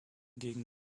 gegen